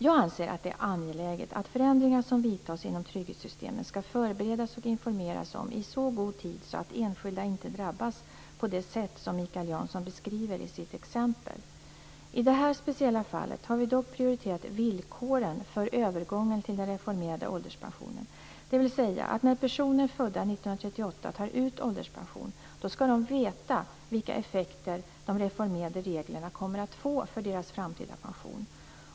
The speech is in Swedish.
Jag anser att det är angeläget att förändringar som vidtas inom trygghetssystemen skall förberedas och informeras om i så god tid att enskilda inte drabbas på det sätt som Mikael Janson beskriver i sitt exempel. I det här speciella fallet har vi dock prioriterat villkoren för övergången till den reformerade ålderspensionen, dvs. att när personer födda 1938 tar ut ålderspension skall de veta vilka effekter de reformerade reglerna kommer att få för deras framtida pension.